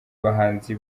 bahanzi